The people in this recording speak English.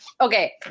okay